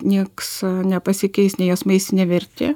nieks nepasikeis nei jos maistinė vertė